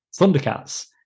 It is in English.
Thundercats